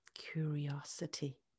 curiosity